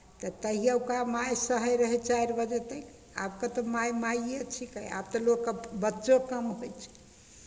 तऽ तहियौका माय सहैत रहै चारि बजे तक आबके तऽ माय माइए छिकै आब तऽ लोककेँ बच्चो कम होइ छै